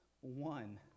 one